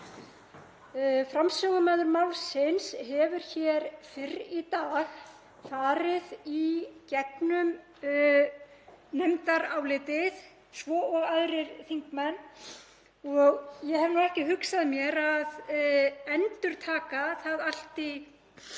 Framsögumaður málsins hefur hér fyrr í dag farið í gegnum nefndarálitið svo og aðrir þingmenn og ég hef ekki hugsað mér að endurtaka það allt í